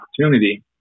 opportunity